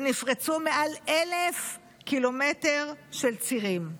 ונפרצו מעל 1,000 ק"מ של צירים.